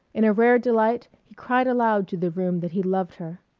in a rare delight he cried aloud to the room that he loved her.